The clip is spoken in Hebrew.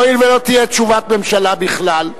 הואיל ולא תהיה תשובת ממשלה בכלל,